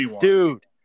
dude